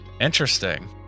Interesting